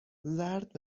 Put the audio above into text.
زرد